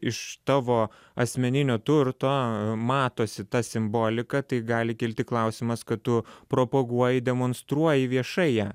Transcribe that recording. iš tavo asmeninio turto matosi ta simbolika tai gali kilti klausimas kad tu propaguoji demonstruoji viešai ją